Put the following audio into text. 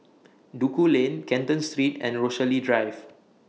Duku Lane Canton Street and Rochalie Drive